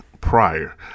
prior